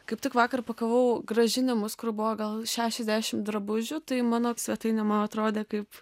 kaip tik vakar pakavau grąžinimus kur buvo gal šešiasdešim drabužių tai mano svetainė man atrodė kaip